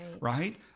right